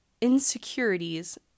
insecurities